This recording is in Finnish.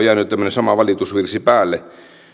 sama valitusvirsi päälle